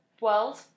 world